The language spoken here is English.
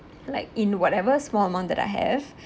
like in whatever small amount that I have